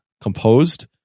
composed